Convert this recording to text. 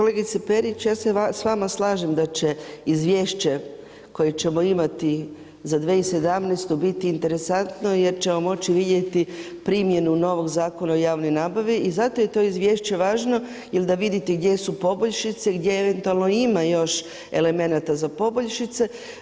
Kolegice Perić, ja se s vama slažem da će izvješće koje ćemo imati za 2017. biti interesantno jer ćemo moći vidjeti primjenu novog Zakona o javnoj nabavi i zato je to izvješće važno ili da vidite gdje su poboljšice, gdje eventualno ima još elemenata za poboljšice.